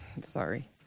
sorry